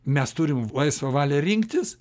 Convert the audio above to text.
mes turim laisvą valią rinktis